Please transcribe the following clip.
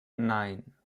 nein